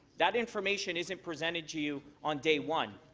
that information isn't presented to you on day one.